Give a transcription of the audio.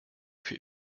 für